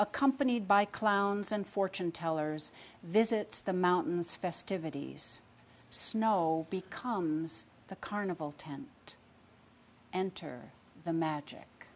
accompanied by clowns and fortune tellers visits the mountains festivities snow becomes the carnival tent and tear the magic